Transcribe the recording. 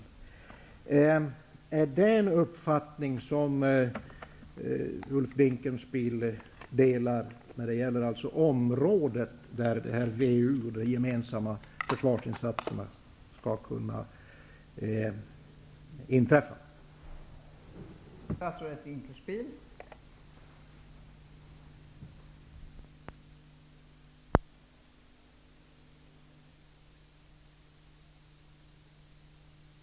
Är det en uppfattning som Ulf Dinkelspiel delar? Det gäller alltså områden där WEU:s gemensamma försvarsinsatser skulle kunna sättas in.